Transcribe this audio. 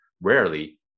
rarely